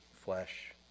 flesh